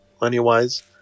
money-wise